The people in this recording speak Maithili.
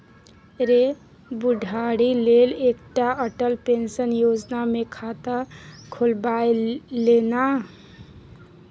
रे बुढ़ारी लेल एकटा अटल पेंशन योजना मे खाता खोलबाए ले ना